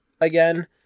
again